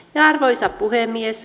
arvoisa puhemies